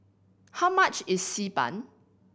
how much is Xi Ban